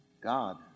God